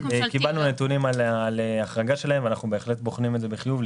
קיבלנו נתונים על החרגה שלהם ואנחנו בהחלט בוחנים את זה בחיוב,